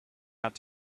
ought